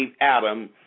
Adam